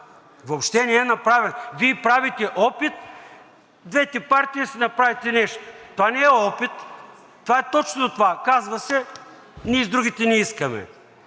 въобще не е направен. Вие правите опит двете партии да си направите нещо. Това не е опит. Това е точно това, казва се – ние с другите не искаме.